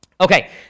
Okay